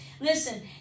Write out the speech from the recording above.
listen